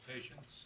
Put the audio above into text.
patients